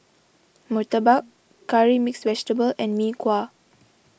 Murtabak Curry Mixed Vegetable and Mee Kuah